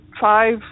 five